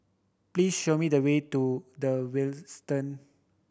please show me the way to The Westin